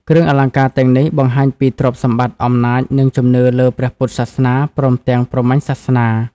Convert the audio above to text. គ្រឿងអលង្ការទាំងនេះ បង្ហាញពីទ្រព្យសម្បត្តិ អំណាច និងជំនឿលើព្រះពុទ្ធសាសនា ព្រមទាំងព្រហ្មញ្ញសាសនា។